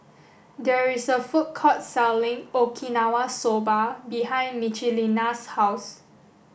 there is a food court selling Okinawa Soba behind Michelina's house